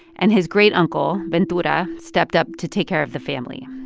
and his great uncle ventura stepped up to take care of the family.